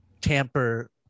tamper